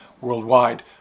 worldwide